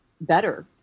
better